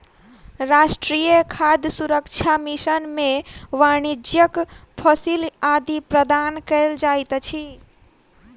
राष्ट्रीय खाद्य सुरक्षा मिशन में वाणिज्यक फसिल आदि प्रदान कयल जाइत अछि